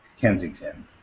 Kensington